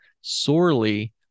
sorely